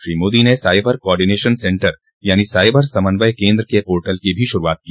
श्री मोदी ने cyber coordination centre यानी cyber समन्वय केन्द्र के पोर्टल की भी शुरुआत की